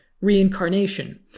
reincarnation